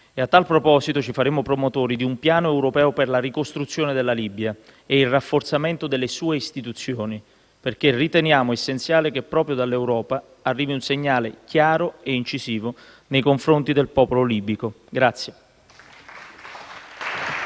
A tal proposito ci faremo promotori di un piano europeo per la ricostruzione della Libia e il rafforzamento delle sue istituzioni, perché riteniamo essenziale che proprio dall'Europa arrivi un segnale chiaro e incisivo nei confronti del popolo libico.